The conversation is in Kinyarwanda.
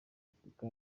afurica